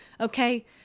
Okay